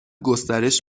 گسترش